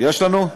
יש לנו,